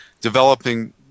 developing